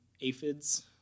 aphids